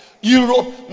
Europe